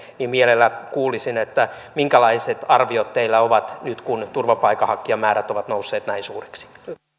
niin mielellään kuulisin minkälaiset arviot teillä on nyt kun turvapaikanhakijamäärät ovat nousseet näin suuriksi